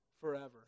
forever